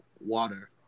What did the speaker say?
water